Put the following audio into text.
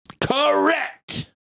Correct